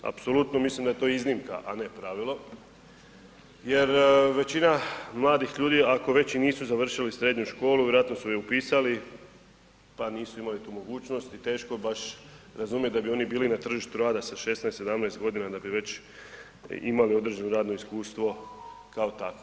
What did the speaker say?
Apsolutno mislim da je to iznimka, a ne pravilo jer većina mladih ljudi ako već i nisu završili srednju školu vjerojatno su ju upisali pa nisu imali tu mogućnost i teško baš razumjet da bi oni bili na tržištu rada sa 16, 17 godina da bi već imali određeno radno iskustvo kao takvo.